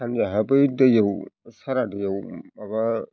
सानजाहा बै दैयाव सारा दैयाव माबा